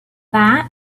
that